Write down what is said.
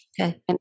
Okay